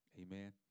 Amen